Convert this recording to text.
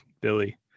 Billy